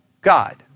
God